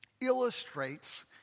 illustrates